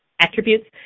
attributes